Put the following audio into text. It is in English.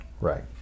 Right